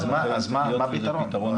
אז מה הפתרון?